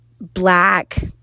black